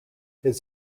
his